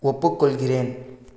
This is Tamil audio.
ஒப்புக்கொள்கிறேன்